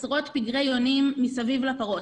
עשרות פגרי יונים מסביב לפרות.